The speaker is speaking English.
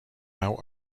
how